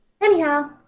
Anyhow